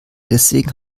deswegen